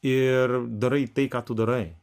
ir darai tai ką tu darai